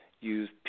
Use